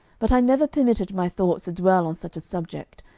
but i never permitted my thoughts to dwell on such a subject,